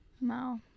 No